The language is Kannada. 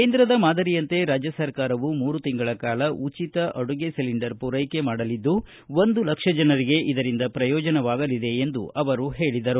ಕೇಂದ್ರದ ಮಾದರಿಯಂತೆ ರಾಜ್ಯ ಸರ್ಕಾರವೂ ಮೂರು ತಿಂಗಳ ಕಾಲ ಉಚಿತ ಅಡುಗೆ ಸಿಲಿಂಡರ್ ಪೂರೈಕೆ ಮಾಡಲಿದ್ದು ಒಂದು ಲಕ್ಷ ಜನರಿಗೆ ಇದರಿಂದ ಪ್ರಯೋಜನವಾಗಲಿದೆ ಎಂದು ಅವರು ಹೇಳಿದರು